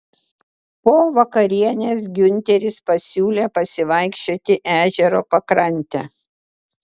po vakarienės giunteris pasiūlė pasivaikščioti ežero pakrante